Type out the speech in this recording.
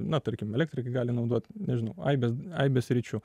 na tarkim elektrikai gali naudoti nežinau aibės aibė sričių